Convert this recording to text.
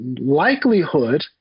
likelihood